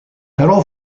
però